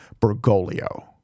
Bergoglio